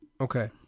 Okay